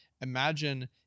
Imagine